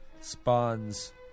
spawns